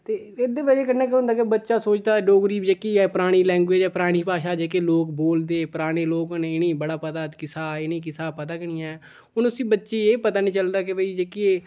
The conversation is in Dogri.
ते एह्दे बजह कन्नै केह् होंदा के बच्चा सोचदा डोगरी जेह्की ऐ परानी लैंगुएज ऐ परानी भाशा जेह्के लोक बोलदे पराने लोक न इ'नेंगी बड़ा पता किसे दा इ'नेंगी किसे दा पता गै नेईं ऐ हून उसी बच्चे गी एह् पता नी चलदा के भई जेह्की एह्